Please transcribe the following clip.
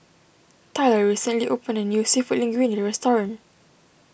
Tyler recently opened a new Seafood Linguine restaurant